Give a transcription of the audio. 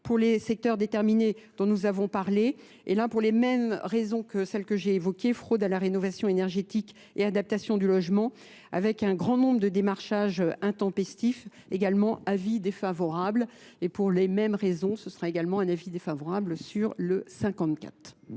pour les secteurs déterminés dont nous avons parlé et là pour les mêmes raisons que celles que j'ai évoquées fraude à la rénovation énergétique et adaptation du logement. avec un grand nombre de démarchages intempestifs, également avis défavorables et pour les mêmes raisons ce sera également un avis défavorable sur le 54.